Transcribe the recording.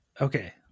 okay